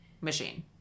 machine